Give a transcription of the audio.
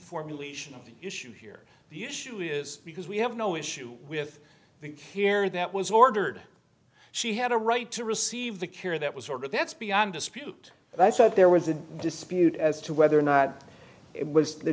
formulation of the issue here the issue is because we have no issue with the here that was ordered she had a right to receive the care that was ordered that's beyond dispute but i thought there was a dispute as to whether or not it was the